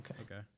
Okay